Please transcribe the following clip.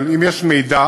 אבל אם יש מידע,